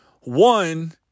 one